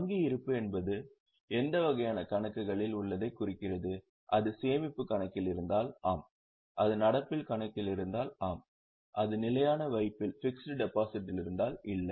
வங்கி இருப்பு என்பது எந்த வகையான கணக்குகளில் உள்ளதை குறிக்கிறது அது சேமிப்புக் கணக்கில் இருந்தால் ஆம் இது நடப்புக் கணக்கில் இருந்தால் ஆம் அது நிலையான வைப்பில் இருந்தால் இல்லை